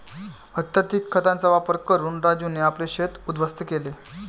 अत्यधिक खतांचा वापर करून राजूने आपले शेत उध्वस्त केले